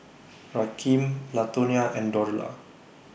Rakeem Latonia and Dorla